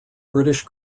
british